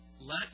Let